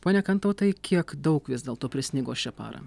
pone kantautai kiek daug vis dėlto prisnigo šią parą